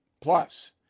Plus